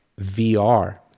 VR